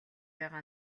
байгаа